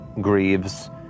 grieves